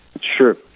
Sure